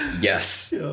yes